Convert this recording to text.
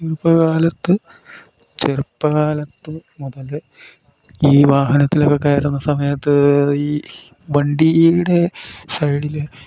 ചെറുപ്പകാലത്ത് ചെറുപ്പകാലത്ത് മുതൽ ഈ വാഹനത്തിലൊക്കെ കയറുന്ന സമയത്ത് ഈ വണ്ടീടെ സൈഡിൽ